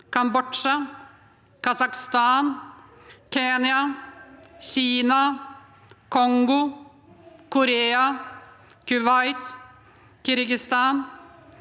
Kambodsja, Kasakhstan, Kenya, Kina, Kongo, Korea, Kuwait, Kirgisistan,